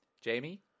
Jamie